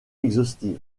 exhaustive